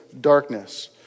darkness